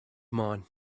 mine